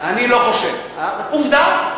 אני לא חושב, עובדה.